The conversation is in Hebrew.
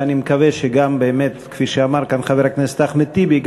אני מקווה שכפי שאמר חבר הכנסת אחמד טיבי,